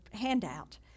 handout